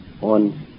on